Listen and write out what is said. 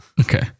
Okay